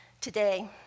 today